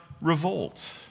revolt